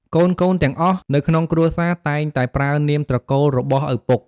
កូនៗទាំងអស់នៅក្នុងគ្រួសារតែងតែប្រើនាមត្រកូលរបស់ឪពុក ។